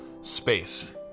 space